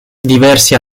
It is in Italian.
diversi